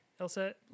Elsa